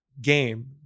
game